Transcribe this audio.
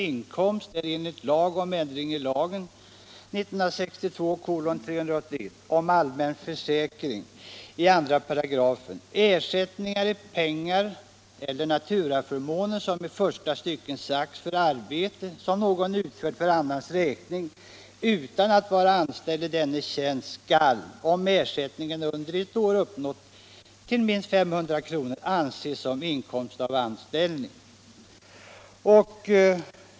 Vi var således inte i det första skedet ute efter att de skulle erhålla ATP och liknande sociala förmåner.